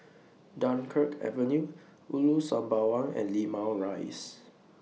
Dunkirk Avenue Ulu Sembawang and Limau Rise